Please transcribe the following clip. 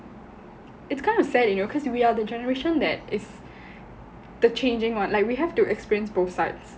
it's kind of sad you know because we are the generation that is the changing [one] like we have to experience both sides